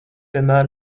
vienmēr